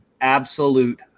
absolute